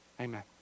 amen